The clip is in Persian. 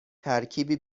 ترکیبی